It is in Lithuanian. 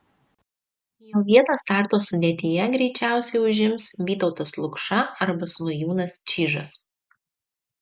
jo vietą starto sudėtyje greičiausiai užims vytautas lukša arba svajūnas čyžas